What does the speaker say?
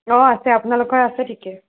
অঁ আছে আপোনালোকৰ আছে ঠিকেই